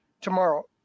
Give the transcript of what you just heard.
tomorrow